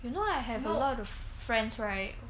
you know I have a lot of friends right